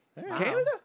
Canada